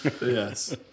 Yes